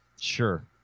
Sure